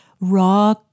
raw